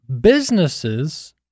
businesses